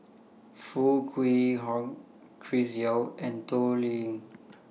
Foo Kwee Horng Chris Yeo and Toh Liying